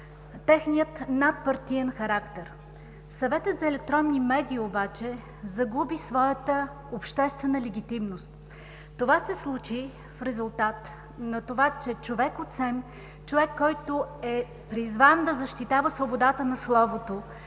техния надпартиен характер. Съветът за електронни медии обаче загуби своята обществена легитимност. Това се случи в резултат на това, че човек от СЕМ, човек, който е призван да защитава свободата на словото,